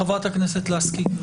חברת הכנסת לסקי.